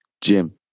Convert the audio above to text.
Jim